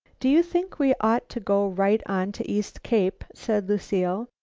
do you think we ought to go right on to east cape? said lucile.